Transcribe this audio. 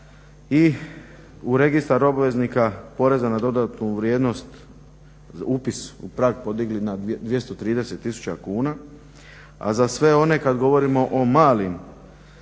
i u registar obveznika poreza na dodatnu vrijednost upis u prag podigli na 230 tisuća kuna. A za sve one kada govorimo o malim